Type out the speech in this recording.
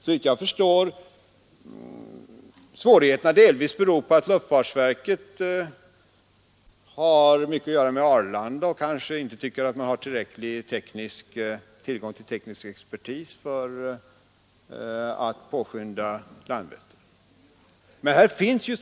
Såvitt jag förstår beror svårigheterna delvis på att luftfartsverket har mycket att göra med Arlanda och kanske tycker att man inte har tillräcklig teknisk expertis för att påskynda färdigställandet av Landvetter.